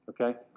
Okay